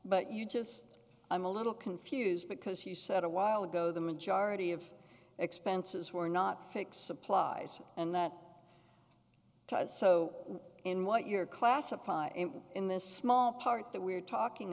but you just i'm a little confused because he said a while ago the majority of expenses were not fixed supplies and that ties so in what you're classify in this small part that we're talking